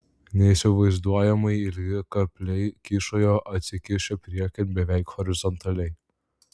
neįsivaizduojamai ilgi kapliai kyšojo atsikišę priekin beveik horizontaliai